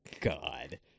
God